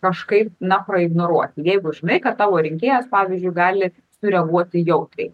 kažkaip na praignoruoti jeigu žinai kad tavo rinkėjas pavyzdžiui gali sureaguoti jautriai